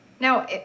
Now